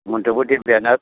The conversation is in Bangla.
মোটামুটি ব্যানা